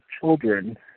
children